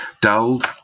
dulled